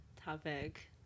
topic